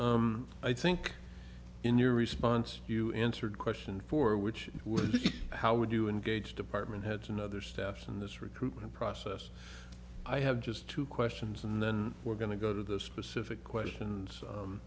much i think in your response you answered question for which was how would you engage department heads and other staffs in this recruitment process i have just two questions and then we're going to go to the specific questions